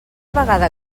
vegada